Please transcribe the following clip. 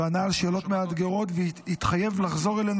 ענה על שאלות מאתגרות והתחייב לחזור אלינו